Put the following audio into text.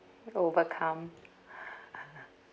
overcome